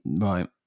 right